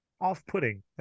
off-putting